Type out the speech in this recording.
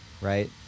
right